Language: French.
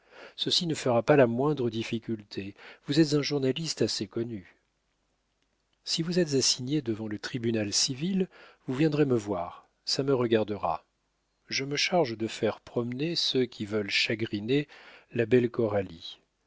ceci ne fera pas la moindre difficulté vous êtes un journaliste assez connu si vous êtes assigné devant le tribunal civil vous viendrez me voir ça me regardera je me charge de faire promener ceux qui veulent chagriner la belle